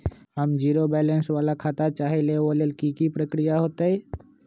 हम zero balance वाला खाता चाहइले वो लेल की की प्रक्रिया होतई?